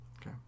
Okay